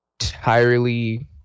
entirely